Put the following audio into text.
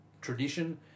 tradition